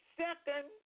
second